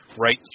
right